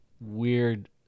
weird